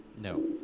No